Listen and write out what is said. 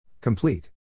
Complete